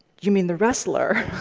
you mean the wrestler?